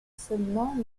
seulement